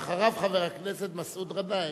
ואחריו, חבר הכנסת מסעוד גנאים.